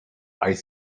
ice